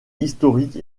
historique